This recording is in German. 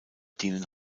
dienen